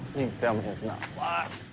these dummy is not locked